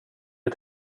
ett